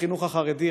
ובחינוך החרדי,